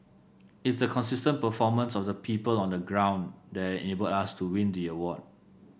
it's the consistent performance of the people on the ground that enabled us to win the award